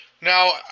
Now